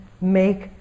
make